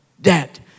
debt